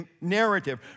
narrative